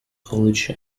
college